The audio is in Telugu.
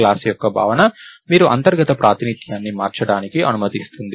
క్లాస్ యొక్క భావన మీరు అంతర్గత ప్రాతినిధ్యాన్ని మార్చడానికి అనుమతిస్తుంది